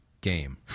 game